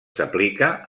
s’aplica